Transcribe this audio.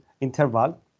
interval